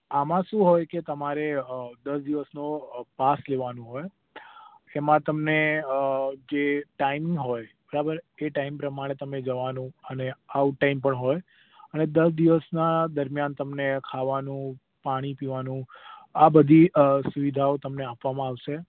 આમાં શું હોય કે તમારે દસ દિવસનો પાસ લેવાનો હોય એમાં તમને જે ટાઈમ હોય બરાબર એ ટાઈમ પ્રમાણે તમે જવાનું અને આઉટટાઈમ પણ હોય અને દસ દિવસનાં દરમ્યાન તમને ખાવાનું પાણી પીવાનું આ બધી સુવિધાઓ તમને આપવામાં આવશે